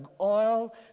oil